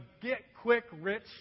get-quick-rich